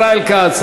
ישראל כץ,